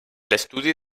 l’estudi